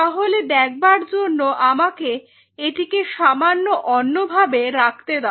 তাহলে দেখবার জন্য আমাকে এটিকে সামান্য অন্যভাবে রাখতে দাও